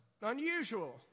unusual